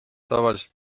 tavaliselt